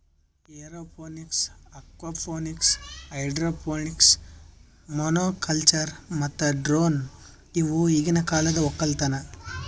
aeroponics, aquaponics, hydroponics, monoculture ಮತ್ತ drone ಇವು ಈಗಿನ ಕಾಲದ ಒಕ್ಕಲತನ